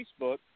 Facebook